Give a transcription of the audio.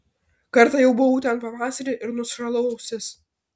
kartą jau buvau ten pavasarį ir nušalau ausis